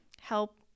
help